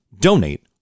donate